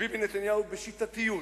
וביבי נתניהו, בשיטתיות,